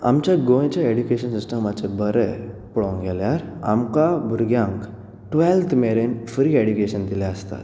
आमच्या गोंयचें एडुकेशन सिस्टमाचे बरें पळोवंक गेल्यार आमकां भुरग्यांक ट्वेल्थ मेरेन फ्री एडुकेशन दिल्ले आसता